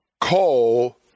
call